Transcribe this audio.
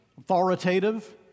authoritative